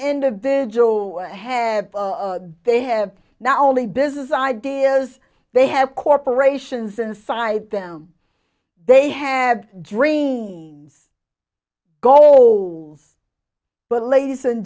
individual who have they have now only business ideas they have corporations inside them they have dreams goals but ladies and